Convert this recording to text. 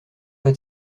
pas